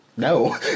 no